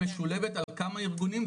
משולבת על כמה ארגונים,